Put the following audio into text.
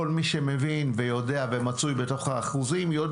כל מי שמבין ויודע ומצוי באחוזים יודע